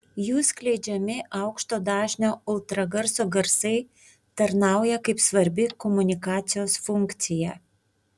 jų skleidžiami aukšto dažnio ultragarso garsai tarnauja kaip svarbi komunikacijos funkcija